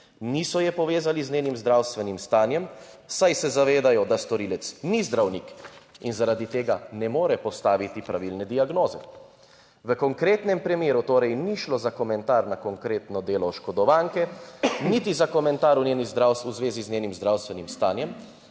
niso je povezali z njenim zdravstvenim stanjem, saj se zavedajo, da storilec ni zdravnik in zaradi tega ne more postaviti pravilne diagnoze." V konkretnem primeru torej ni šlo za komentar na konkretno delo oškodovanke, niti za komentar v zvezi z njenim zdravstvenim stanjem,